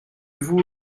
vous